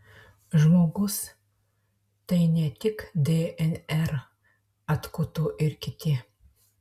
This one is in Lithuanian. žmogus tai ne tik dnr atkuto ir kiti